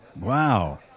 wow